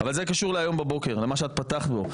אבל זה קשור למה שאת פתחת בו הבוקר.